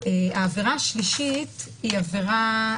העבירה השלישית היא עבירה,